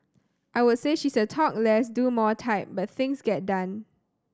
I would say she's a talk less do more type but things get done